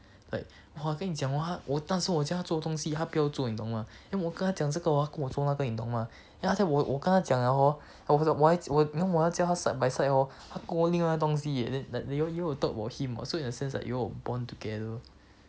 like !wah! 我跟你讲 !whoa! ah 那时来我家做东西他不要做你懂吗 then 我跟他讲这个 hor 他给我做那个你懂吗 then after that 我跟他讲 liao hor 我不是我还我教你看我还要教他 side by side you hor 他过另外一个东西 eh then like you all will talk about him [what] so in a sense you all will bond together